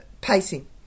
pacing